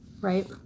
right